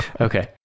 Okay